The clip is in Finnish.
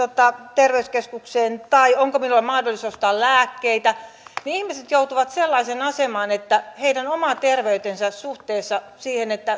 terveyskeskukseen tai onko minulla mahdollisuus ostaa lääkkeitä ne ihmiset joutuvat sellaiseen asemaan että heidän oma terveytensä suhteessa siihen